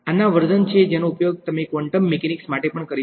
આનાં વર્ઝન છે જેનો ઉપયોગ તમે ક્વોન્ટમ મિકેનિક્સ માટે પણ કરી શકો છો